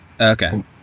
Okay